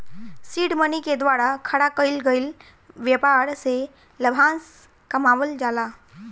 seed money के द्वारा खड़ा कईल गईल ब्यपार से लाभांस कमावल जाला